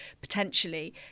potentially